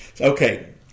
Okay